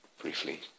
briefly